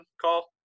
call